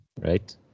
right